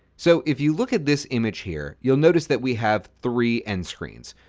so if you look at this image here you will notice that we have three end-screens,